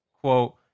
Quote